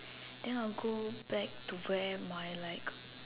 then I'll go back to where my like